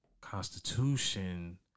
Constitution